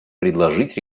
предложить